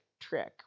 trick